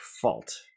fault